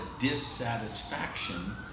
dissatisfaction